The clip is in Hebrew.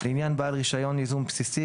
לעניין בעל רישיון ייזום בסיסי,